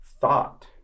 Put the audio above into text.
thought